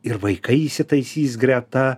ir vaikai įsitaisys greta